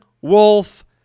Wolf